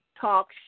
talk